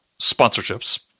sponsorships